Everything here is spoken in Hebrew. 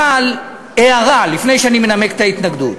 אבל, הערה לפני שאני מנמק את ההתנגדות.